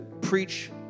preach